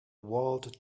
walled